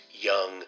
young